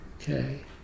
Okay